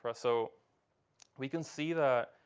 ah so we can see that,